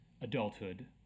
adulthood